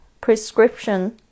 prescription